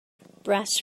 brass